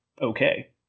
okay